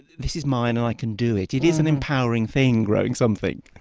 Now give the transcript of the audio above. this is mine, and i can do it. it is an empowering thing growing something